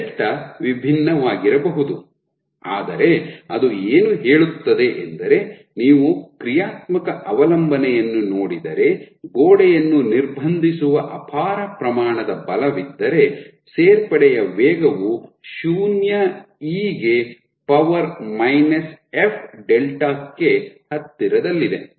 delta ವಿಭಿನ್ನವಾಗಿರಬಹುದು ಆದರೆ ಅದು ಏನು ಹೇಳುತ್ತದೆ ಎಂದರೆ ನೀವು ಕ್ರಿಯಾತ್ಮಕ ಅವಲಂಬನೆಯನ್ನು ನೋಡಿದರೆ ಗೋಡೆಯನ್ನು ನಿರ್ಬಂಧಿಸುವ ಅಪಾರ ಪ್ರಮಾಣದ ಬಲವಿದ್ದರೆ ಸೇರ್ಪಡೆಯ ವೇಗವು ಶೂನ್ಯ ಇ ಗೆ ಪವರ್ ಮೈನಸ್ ಎಫ್ ಡೆಲ್ಟಾ ಕ್ಕೆ ಹತ್ತಿರದಲ್ಲಿದೆ